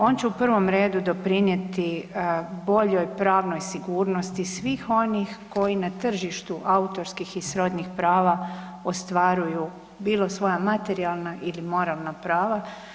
On će u prvom redu doprinijeti boljoj pravnoj sigurnosti svih onih koji na tržištu autorskih i srodnih prava ostvaruju, bilo svoja materijalna ili moralna prava.